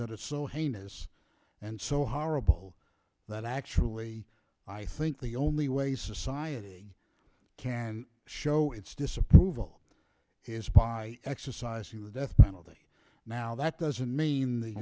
that are so heinous and so horrible that actually i think the only way society can show its disapproval is by exercising the death penalty now that doesn't mean the